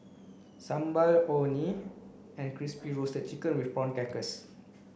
sambal orh nee and crispy roasted chicken with prawn crackers